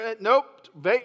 nope